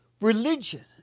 Religion